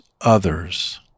others